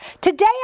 Today